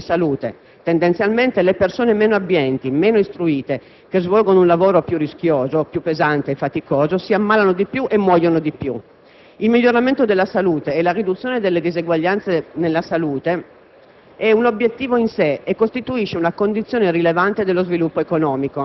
A sua volta, la condizione socioeconomica costituisce un importante determinante dello stato di salute. Tendenzialmente le persone meno abbienti, meno istruite, che svolgono un lavoro più rischioso, più pesante e faticoso si ammalano di più e muoiono di più. Il miglioramento della salute e la riduzione delle disuguaglianze nella salute